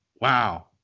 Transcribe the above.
wow